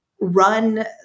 run